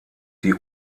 die